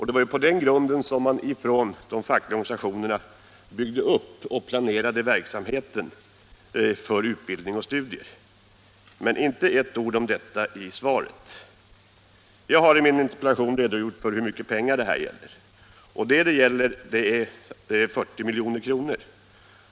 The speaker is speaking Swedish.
Det var på den grunden de fackliga organisationerna byggde upp och planerade verksamheten för utbildning och studier. Men inte ett ord om detta i svaret! Jag har i min interpellation redogjort för hur mycket pengar det här gäller: 40 milj.kr.